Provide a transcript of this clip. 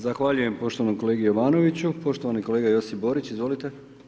Zahvaljujem poštovanom kolegi Jovanoviću, poštovani kolega Josip Borić, izvolite.